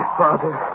father